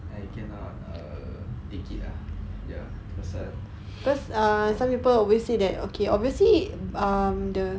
I cannot err take it lah ya it was uh